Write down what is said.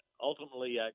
ultimately